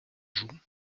joue